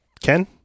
Ken